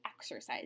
exercise